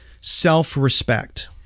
Self-respect